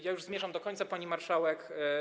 Ja już zmierzam do końca, pani marszałek.